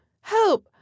help